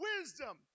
Wisdom